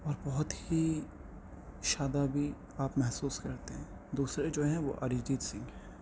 اور بہت ہی شادابی آپ محسوس کرتے ہیں دوسرے جو ہیں وہ اریجیت سنگھ ہیں